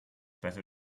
better